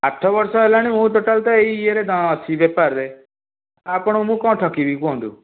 ଆଠ ବର୍ଷ ହେଲାଣି ମୁଁ ଟୋଟାଲ୍ ତ ଏଇ ଇଏରେ ଅଛି ବେପାରରେ ଆପଣଙ୍କୁ ମୁଁ କ'ଣ ଠକିବି କୁହନ୍ତୁ